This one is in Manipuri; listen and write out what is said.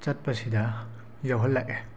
ꯆꯠꯄꯁꯤꯗ ꯌꯥꯎꯍꯜꯂꯛꯑꯦ